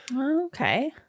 okay